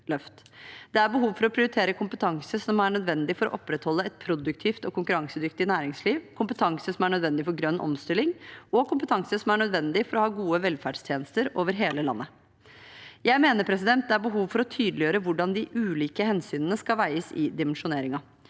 Det er behov for å prioritere kompetanse som er nødvendig for å opprettholde et produktivt og konkurransedyktig næringsliv, kompetanse som er nødvendig for grønn omstilling, og kompetanse som er nødvendig for å ha gode velferdstjenester over hele landet. Jeg mener det er behov for å tydeliggjøre hvordan de ulike hensynene skal veies i dimensjoneringen.